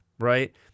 Right